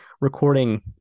recording